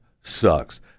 sucks